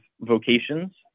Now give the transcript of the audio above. vocations